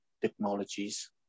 technologies